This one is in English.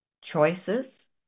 choices